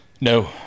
No